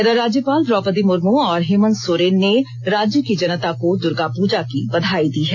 इधर राज्यपाल द्रौपदी मुर्मू और मुख्यमंत्री हेमंत सोरेन ने राज्य की जनता को दुर्गा पूजा की बधाई दी है